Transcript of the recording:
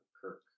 Kirk